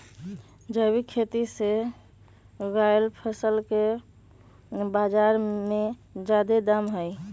जैविक खेती से उगायल फसल के बाजार में जादे दाम हई